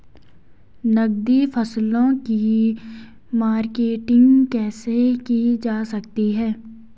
नकदी फसलों की मार्केटिंग कैसे की जा सकती है?